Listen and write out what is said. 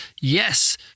Yes